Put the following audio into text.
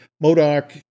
Modoc